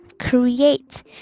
create